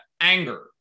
anger